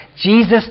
Jesus